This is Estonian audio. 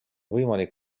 võimalik